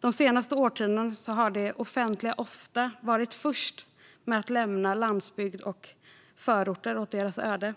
De senaste årtiondena har det offentliga ofta varit först med att lämna landsbygd och förorter åt deras öde.